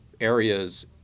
areas